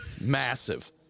Massive